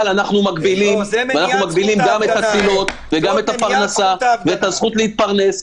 אבל אנחנו מגבילים גם את התפילות וגם את הזכות להתפרנס.